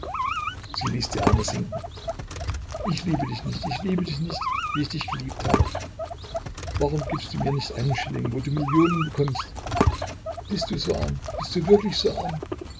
sie ließ die arme sinken ich liebe dich nicht ich liebe dich nicht wie ich dich geliebt habe warum gibst du mir nicht einen schilling wo du millionen bekommst bist du so arm bist du wirklich so arm